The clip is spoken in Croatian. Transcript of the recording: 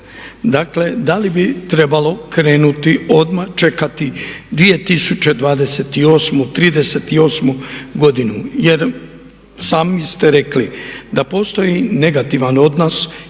Dakle da li bi trebalo krenuti odmah čekati 2028., 2038. godinu? Jer sami ste rekli da postoji negativan odnos između